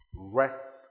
rest